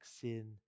sin